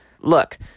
look